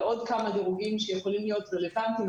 עוד כמה דירוגים שיכולים להיות רלוונטיים,